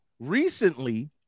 Recently